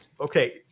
okay